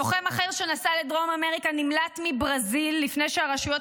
לוחם אחר שנסע לדרום אמריקה נמלט מברזיל לפני שהרשויות